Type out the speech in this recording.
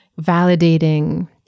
validating